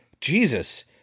Jesus